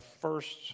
first